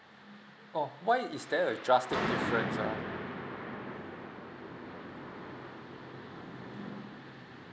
oh why is there a drastic different uh